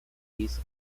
peace